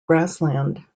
grassland